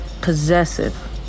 possessive